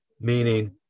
meaning